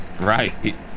right